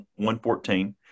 114